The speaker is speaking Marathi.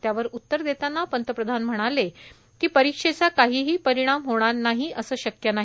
त्यावर उत्तर देताना पंतप्रधान म्हणाले की परीक्षेचा काहीही परिणाम होणार नाही असे शक्य नाही